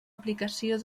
aplicació